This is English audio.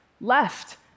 left